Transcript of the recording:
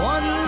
One